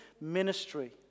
ministry